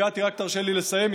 תרשה לי לסיים.